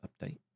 update